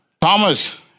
Thomas